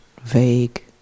vague